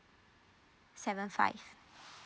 seven five